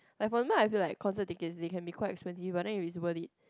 like for example I feel like concert ticket they can be quite expensive but then if it's worth it